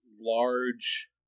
large